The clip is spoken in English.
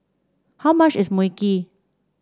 how much is Mui Kee